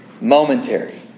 momentary